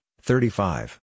thirty-five